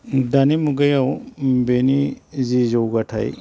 दानि मुगायाव बेनि जि जौगाथाय